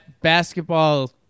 basketball